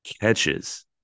catches